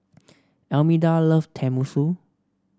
Almeda love Tenmusu